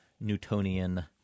Newtonian